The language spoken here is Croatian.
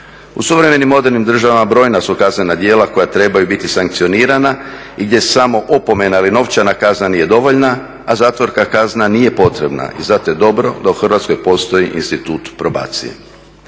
U suvremenim modernim državama brojna su kaznena djela koja trebaju biti sankcionirana i gdje samo opomena ili novčana kazna nije dovoljna, a zatvorska kazna nije potrebna i zato je dobro da u Hrvatskoj postoji institut probacije.